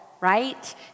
Right